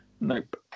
Nope